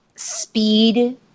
speed